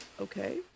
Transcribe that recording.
okay